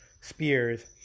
spears